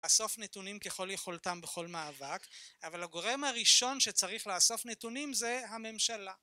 אסוף נתונים ככל יכולתם בכל מאבק, אבל הגורם הראשון שצריך לאסוף נתונים זה הממשלה